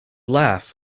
laugh